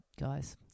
guys